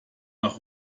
nach